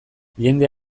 jende